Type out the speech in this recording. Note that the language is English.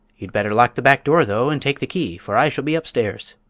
you'd better lock the back door, though, and take the key, for i shall be upstairs.